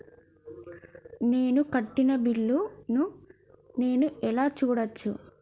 నేను కట్టిన బిల్లు ను నేను ఎలా చూడచ్చు?